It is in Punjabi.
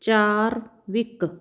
ਚਾਰਵਿਕ